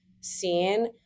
seen